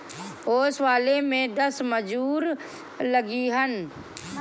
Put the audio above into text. ओसवले में दस मजूर लगिहन